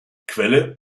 quelle